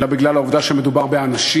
אלא בגלל העובדה שמדובר באנשים